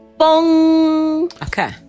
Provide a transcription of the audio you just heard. Okay